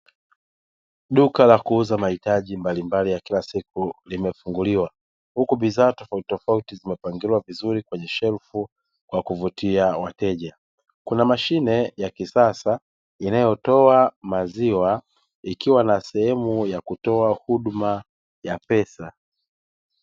Duka la kuuza mahitaji ya kila siku limefunguliwa. Huku bidhaa tofautitofauti zimepangwa kwenye shelfu kwa kuwvutia wateja. Kuna mashine ya kisasa inayotoa maziwa ikiwa na sehemu ya kutoa huduma ya pesa.